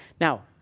Now